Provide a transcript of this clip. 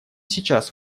сейчас